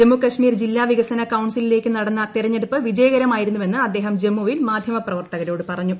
ജമ്മു കശ്മീർ ജില്ലാ് വികസന കൌൺസിലിലേക്ക് നടന്ന തെരഞ്ഞെടുപ്പ് വിജയകരമായിരുന്നു വെന്ന് അദ്ദേഹം ജമ്മുവിൽ മാധ്യമപ്രവർത്തകരോട് പറഞ്ഞു